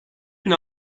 bin